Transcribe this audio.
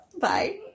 Bye